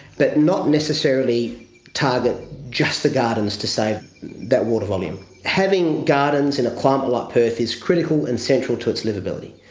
but not necessarily target just the gardens to save that water volume. having gardens in a climate like perth is critical and central to its liveability.